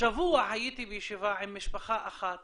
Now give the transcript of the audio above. השבוע הייתי בישיבה עם משפחה אחת